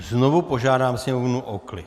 Znovu požádám Sněmovnu o klid.